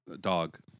Dog